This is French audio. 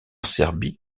serbie